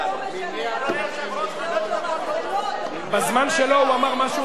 אדוני היושב-ראש, בזמן שלו הוא אמר מה שהוא רוצה.